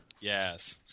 yes